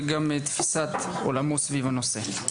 וגם את תפיסת עולמו סביב הנושא.